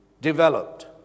developed